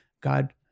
God